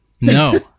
No